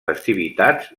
festivitats